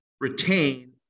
retain